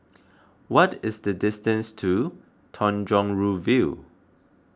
what is the distance to Tanjong Rhu View